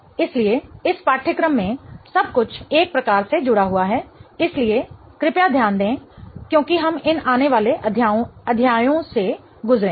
इसलिए इस पाठ्यक्रम में सब कुछ एक प्रकार से जुड़ा हुआ है इसलिए कृपया ध्यान दें क्योंकि हम इन आने वाले अध्यायों से गुजरेंगे